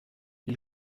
ils